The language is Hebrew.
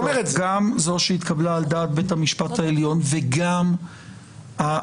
גם זו שהתקבלה על דעת בית המשפט העליון וגם הפרשנות,